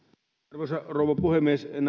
arvoisa rouva puhemies en